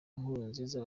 nkurunziza